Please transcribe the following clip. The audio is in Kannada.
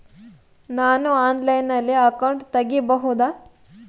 ನಾನು ಆನ್ಲೈನಲ್ಲಿ ಅಕೌಂಟ್ ತೆಗಿಬಹುದಾ?